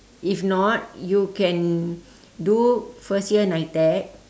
if not you can do first year NITEC